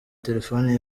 telefoni